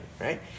right